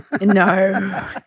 no